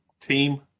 team